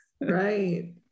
right